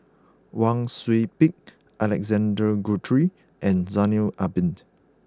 Wang Sui Pick Alexander Guthrie and Zainal Abidin